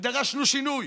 ודרשנו שינוי.